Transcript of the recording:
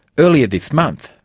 earlier this month,